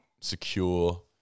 secure